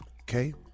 Okay